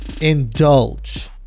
indulge